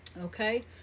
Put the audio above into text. Okay